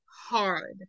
hard